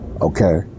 okay